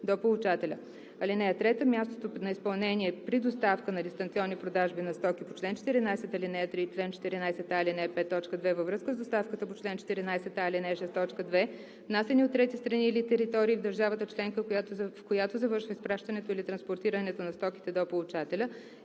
до получателя. (3) Мястото на изпълнение при доставка на дистанционни продажби на стоки по чл. 14, ал. 3 и чл. 14а, ал. 5, т. 2 във връзка с доставката по чл. 14а, ал. 6, т. 2, внасяни от трети страни или територии в държавата членка, в която завършва изпращането или транспортирането на стоките до получателя,